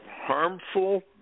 harmful